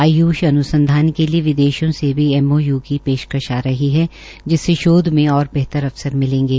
आयूष अन्संधान के लिये विदेशों से भी एमओयू पेशकश आ रही है जिससे शोध में ओर बेहतर अवसर मिलेंगे